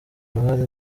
uruhare